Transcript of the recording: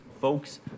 folks